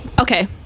Okay